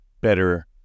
Better